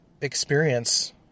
experience